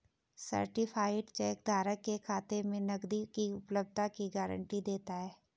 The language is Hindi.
सर्टीफाइड चेक धारक के खाते में नकदी की उपलब्धता की गारंटी देता है